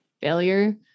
Failure